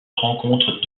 rencontre